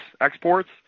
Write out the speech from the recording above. exports